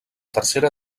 tercera